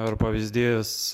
ir pavyzdys